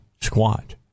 squat